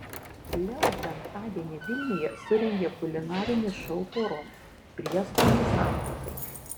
leo penktadienį vilniuje surengė kulinarinį šou poroms prieskoniai santuokai